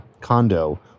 condo